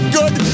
good